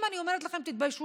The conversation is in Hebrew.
אם אני אומרת לכם "תתביישו",